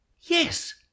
Yes